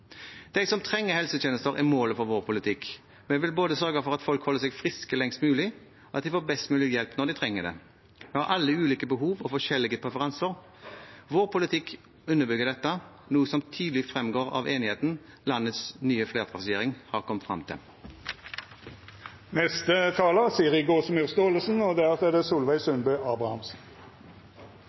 De som trenger helsetjenester, er målet for vår politikk. Vi vil både sørge for at folk holder seg friske lengst mulig, og at de får best mulig hjelp når de trenger det. Vi har alle ulike behov og forskjellige preferanser. Vår politikk underbygger dette, noe som tydelig fremgår av enigheten landets nye flertallsregjering har kommet frem til. Landet har nå fått en tydelig høyreregjering, med en tydelig høyrepolitikk. Det betyr et klarere skille i norsk politikk og